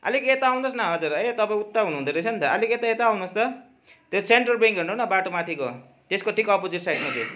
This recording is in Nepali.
अलिक यता आउनु होस् न हजुर है तपाईँ उता हुनु हुँदो रहेछ नि त अलिकति यता यता आउनु होस् त त्यो सेन्ट्रल ब्याङ्क हेर्नु न त्यो बाटो माथिको त्यसको ठिक अपोजिट साइडमा छु